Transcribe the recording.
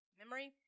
memory